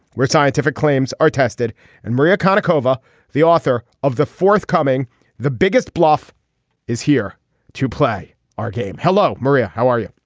we're scientific claims are tested and maria kaneko over the author of the forthcoming the biggest bluff is here to play our game. hello maria how are you.